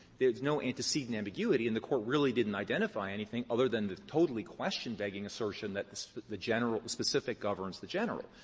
there's no antecedent ambiguity. and the court really didn't identify anything other than to totally question begging assertion that the general specific governs the general.